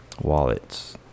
wallets